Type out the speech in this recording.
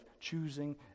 choosing